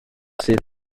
sydd